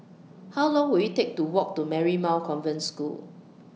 How Long Will IT Take to Walk to Marymount Convent School